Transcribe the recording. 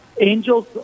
angels